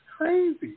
Crazy